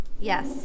Yes